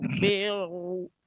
Bill